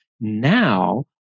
Now